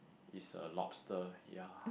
is a lobster ya